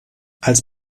als